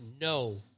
no